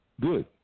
good